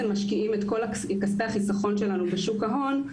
משקיעים את כספי החיסכון שלנו בשוק ההון,